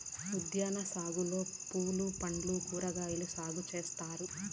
ఉద్యాన సాగులో పూలు పండ్లు కూరగాయలు సాగు చేత్తారు